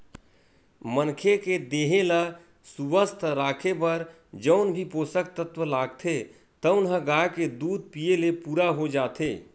मनखे के देहे ल सुवस्थ राखे बर जउन भी पोसक तत्व लागथे तउन ह गाय के दूद पीए ले पूरा हो जाथे